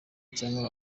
cyangwa